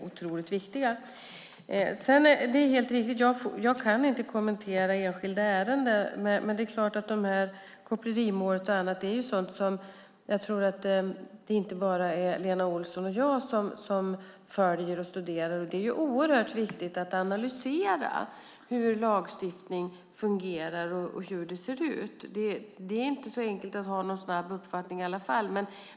Det är riktigt att jag inte kan kommentera enskilda ärenden, men kopplerimålet och annat är det inte bara Lena Olsson och jag som följer och studerar. Det är oerhört viktigt att analysera hur lagstiftning fungerar och hur det ser ut. Det är inte så enkelt att ha en snabb uppfattning i alla fall.